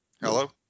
Hello